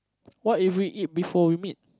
what if we eat before we meet